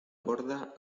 borda